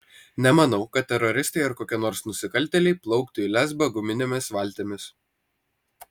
nemanau kad teroristai ar kokie nors nusikaltėliai plauktų į lesbą guminėmis valtimis